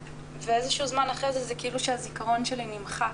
ואיזה שהוא זמן אחרי זה כאילו שהזיכרון שלי נמחק,